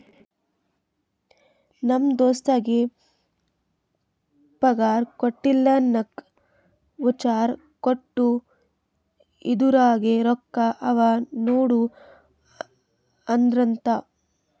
ನಮ್ ದೋಸ್ತಗ್ ಪಗಾರ್ ಕೊಟ್ಟಿಲ್ಲ ನಾಕ್ ವೋಚರ್ ಕೊಟ್ಟು ಇದುರಾಗೆ ರೊಕ್ಕಾ ಅವಾ ನೋಡು ಅಂದ್ರಂತ